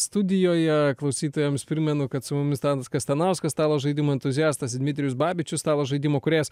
studijoje klausytojams primenu kad su mumis tadas kastanauskas stalo žaidimų entuziastas dmitrijus babičius stalo žaidimų kūrėjas